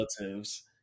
relatives